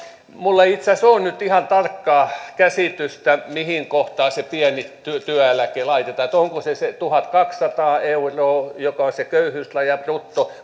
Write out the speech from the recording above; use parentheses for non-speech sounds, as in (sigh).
ei itse asiassa ole nyt ihan tarkkaa käsitystä mihin kohtaan se pieni työeläke laitetaan että onko se se tuhatkaksisataa euroa joka on se köyhyysrajan brutto (unintelligible)